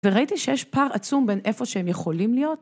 וראיתי שיש פער עצום בין איפה שהם יכולים להיות.